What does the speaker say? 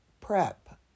prep